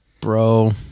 bro